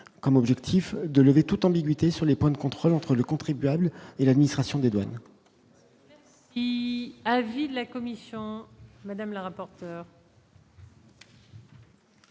comme objectif de lever toute ambiguïté sur les points de contrôle entre le contribuable et l'administration des douanes. Il y a avis de la commission madame la rapporteure.